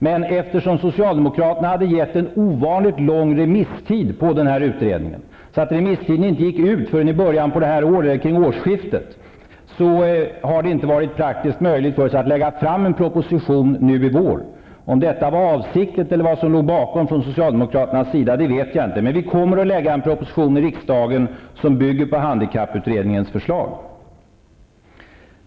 Men eftersom socialdemokraterna medgett ett ovanligt lång remisstid för den här utredningen -- remisstiden gick ju inte ut förrän vid årsskiftet -- har det inte varit praktiskt möjligt för oss att lägga fram en proposition nu i vår. Om det var avsiktligt eller om det var något annat som låg bakom från socialdemokraternas sida vet jag inte. Vi kommer i varje fall att lägga fram en proposition i riksdagen som bygger på handikapputredningens förslag.